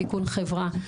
תיקון חברה,